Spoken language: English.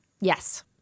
Yes